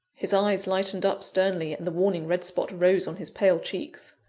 his eyes lightened up sternly, and the warning red spot rose on his pale cheeks.